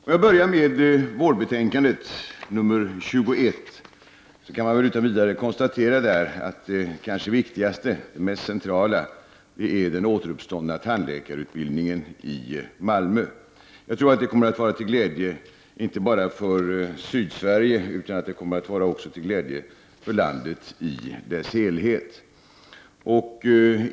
Om jag får börja med vårdbetänkandet nr 21, kan man utan vidare konstatera att det kanske viktigaste och mest centrala är den återupptagna tandläkarutbildningen i Malmö. Jag tror att detta kommer att vara till glädje inte bara för Sydsverige utan också för landet i dess helhet.